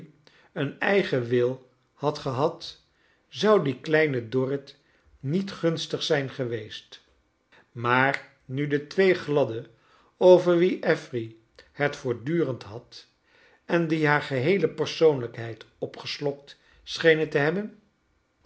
een eigen wil had gehad zou die kleine dorrit niet gunstig zijn geweest maar nu de twee gladden over wie affery het voortdurend had en die haar geheele persoonlijkheid opgeslokt schenen te hebben